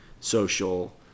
social